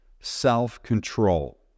Self-control